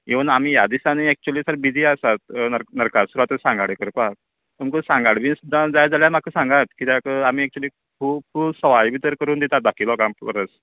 even ह्या दिसांनी actually sir busy आसात नर्का नर्कासुरासून सांगड करपाक तुमका सांगड बी सुद्दां जाय जाल्या म्हाका सांगांत कित्याक आमी ऐक्चूअली खूब सवाय भितर करून दितात बाकी लोकां परस